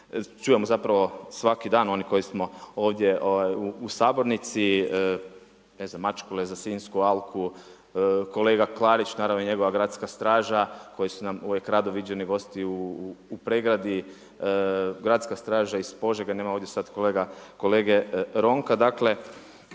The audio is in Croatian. čujemo zapravo svaki dan oni koji smo ovdje u sabornici, ne znam mačkule za Sinjsku alku. Kolega Klarić naravno i njegova Gradska straža koji su nam uvijek rado viđeni gosti u Pregradi, Gradska straža iz Požege, nema ovdje sad kolege Ronka.